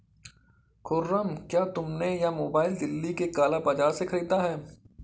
खुर्रम, क्या तुमने यह मोबाइल दिल्ली के काला बाजार से खरीदा है?